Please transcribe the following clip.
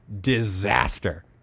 Disaster